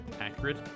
accurate